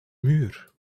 muur